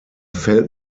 fällt